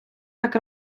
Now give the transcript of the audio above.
так